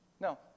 No